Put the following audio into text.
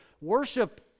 worship